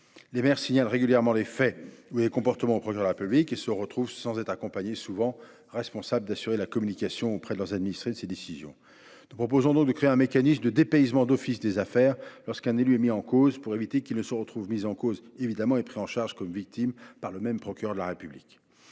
les maires signalent régulièrement des faits ou comportements au procureur de la République et se retrouvent, sans être accompagnés, responsables d’assurer la communication des décisions judiciaires auprès de leurs administrés. En conséquence, nous proposons de créer un mécanisme de dépaysement d’office des affaires lorsqu’un élu est mis en cause, afin d’éviter qu’il ne se retrouve mis en cause et pris en charge comme victime par le même procureur de la République.